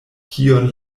kiun